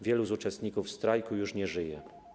Wielu z uczestników strajku już nie żyje.